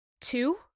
two